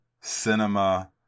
cinema